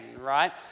right